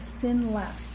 sinless